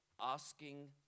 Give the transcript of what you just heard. asking